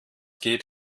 geht